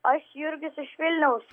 aš jurgis iš vilniaus